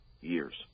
years